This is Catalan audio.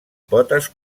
potes